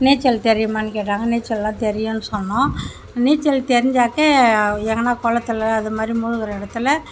நீச்சல் தெரியுமான்னு கேட்டாங்க நீச்சல்லாம் தெரியும்ன்னு சொன்னோம் நீச்சல் தெரிஞ்சாக்கா எங்கன்னா குளத்துல அதைமாரி மூழ்கிற இடத்துல